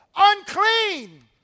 unclean